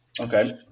Okay